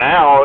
Now